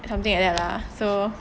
something like that lah so